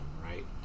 right